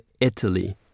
italy